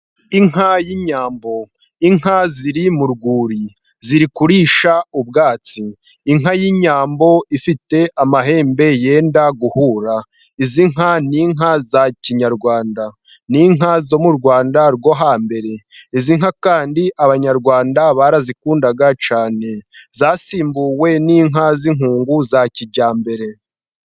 Inka y'inyambo inka ziri m'urwuri ziri kurisha ubwatsi inka y'inyambo ifite amahembe yenda guhura izi nka n'inka za kinyarwanda n'inka zo mu Rwanda rwo hambere; izi nka kandi abanyarwanda barazikundaga cyane zasimbuwe n'inka z'inkungu za kijyambere.